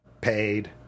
paid